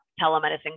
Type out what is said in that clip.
telemedicine